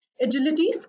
Agility